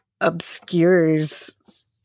obscures